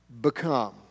become